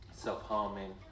Self-harming